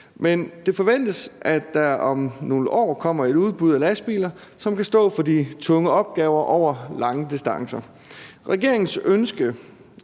men det forventes, at der om nogle år kommer et udbud af lastbiler, som kan stå for de tunge opgaver over lange distancer. Regeringens ønske